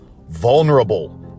vulnerable